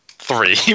Three